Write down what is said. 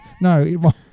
No